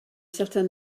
certain